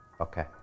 Okay